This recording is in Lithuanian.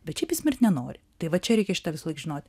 bet šiaip jis mirti nenori tai va čia reikia šitą visąlaik žinoti